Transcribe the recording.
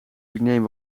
neem